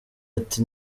ati